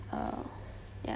uh ya